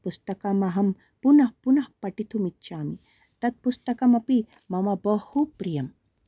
तत्पुस्तकमहं पुनः पुनः पठितुम् इच्छामि तत्पुस्तकमपि मम बहु प्रियम्